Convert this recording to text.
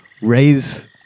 raise